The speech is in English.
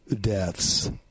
deaths